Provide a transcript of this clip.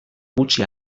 gutxi